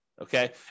Okay